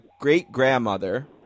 great-grandmother